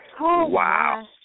Wow